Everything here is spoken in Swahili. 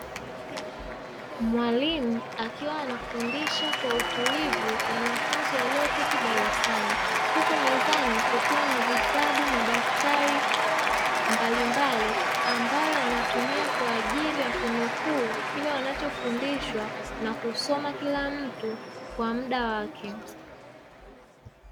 Mwalimu akiwa anafundisha kwa utulivu wanafunzi walioketi darasani huku mezani kukiwa na vitabu, madaftari mbalimbali ambayo wanatumia kwa ajili ya kunukuu kile wanachofundishwa na kusoma kila mtu kwa muda wake.